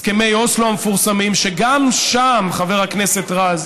הסכמי אוסלו המפורסמים, שגם שם, חבר הכנסת רז,